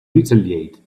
retaliate